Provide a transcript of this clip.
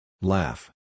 Laugh